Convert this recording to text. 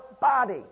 body